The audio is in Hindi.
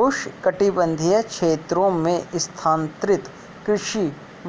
उष्णकटिबंधीय क्षेत्रों में स्थानांतरित कृषि